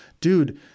dude